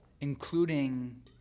including